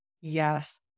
Yes